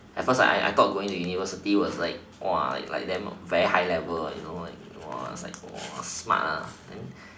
at first I I I thought like going to university was like like damn very high level you know like smart